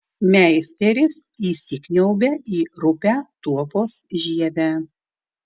meisteris įsikniaubia į rupią tuopos žievę